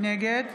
נגד